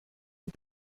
les